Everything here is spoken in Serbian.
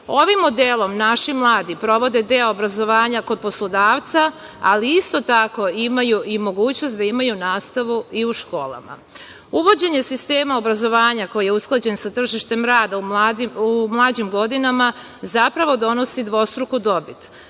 modelom, naši mladi provode deo obrazovanja kod poslodavca, ali isto tako imaju mogućnost da imaju nastavu i u školama. Uvođenjem sistema obrazovanja koji je usklađen sa tržištem rada u mlađim godinama, zapravo donosi dvostruko